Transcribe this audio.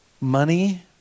Money